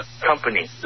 company